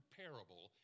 parable